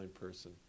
person